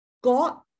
god